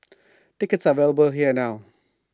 tickets are available here now